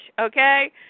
okay